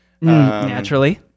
Naturally